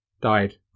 died